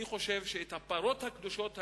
אני חושב שהפרות הקדושות האלה,